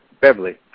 Beverly